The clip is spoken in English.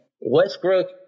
Westbrook